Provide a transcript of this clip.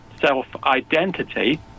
self-identity